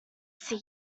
see